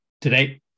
today